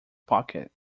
pocket